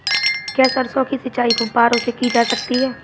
क्या सरसों की सिंचाई फुब्बारों से की जा सकती है?